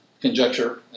conjecture